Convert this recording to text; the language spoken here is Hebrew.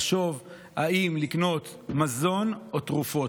לחשוב אם לקנות מזון או תרופות.